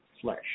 flesh